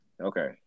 okay